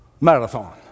marathon